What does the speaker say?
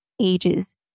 ages